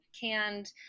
canned